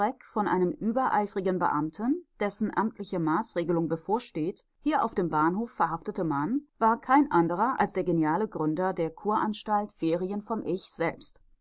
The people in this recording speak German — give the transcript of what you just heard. von einem übereifrigen beamten dessen amtliche maßregelung bevorsteht hier auf dem bahnhof verhaftete mann war kein anderer als der geniale gründer der kuranstalt ferien vom ich selbst